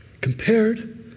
compared